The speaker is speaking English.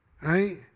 right